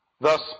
Thus